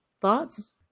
Thoughts